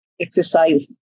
exercise